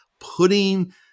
putting